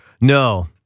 No